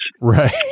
Right